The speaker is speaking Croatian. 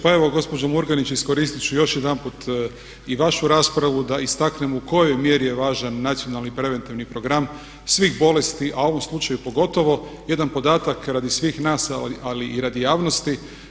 Pa evo gospođo Murganić iskoristit ću još jedanput i vašu raspravu da istaknem u kojoj mjeri je važan nacionalni preventivni program svih bolesti, a u ovom slučaju pogotovo jedan podatak radi svih nas ali i radi javnosti.